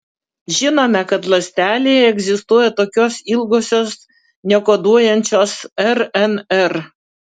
žinome kad ląstelėje egzistuoja tokios ilgosios nekoduojančios rnr